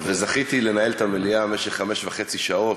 וזכיתי לנהל את המליאה במשך חמש וחצי שעות,